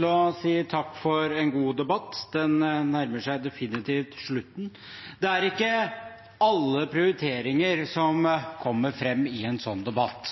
å si takk for en god debatt. Den nærmer seg definitivt slutten. Det er ikke alle prioriteringer som kommer fram i en sånn debatt.